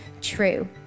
true